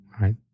right